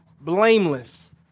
blameless